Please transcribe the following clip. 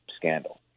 scandal